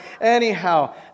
Anyhow